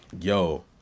Yo